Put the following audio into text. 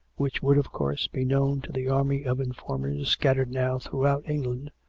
which would, of course, be known to the army of in formers scattered now throughout england,